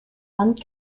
wand